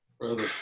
Brother